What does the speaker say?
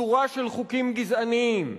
שורה של חוקים גזעניים.